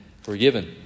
forgiven